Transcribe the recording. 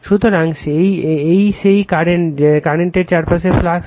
সুতরাং এটি সেই কারেন্ট এর চারপাশের ফ্লাক্স